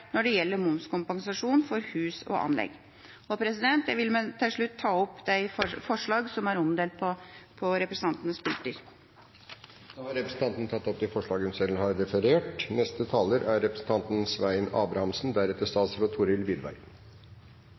når det gjelder momskompensasjon for hus og anlegg. Jeg vil til slutt ta opp de forslagene som er omdelt på representantenes pulter. Da har representanten Anne Tingelstad Wøien tatt opp de forslagene hun selv